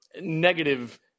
negative